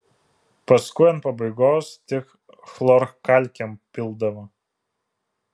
paskui ant pabaigos tik chlorkalkėm pildavo